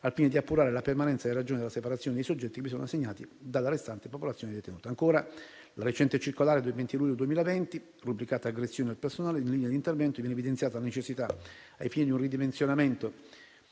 al fine di appurare la permanenza delle ragioni della separazione dei soggetti che vi sono assegnati dalla restante popolazione detenuta. Ancora, con la recente circolare del 22 luglio 2020, rubricata «Aggressioni al personale-linee di intervento», viene evidenziata la necessità, ai fini di un ridimensionamento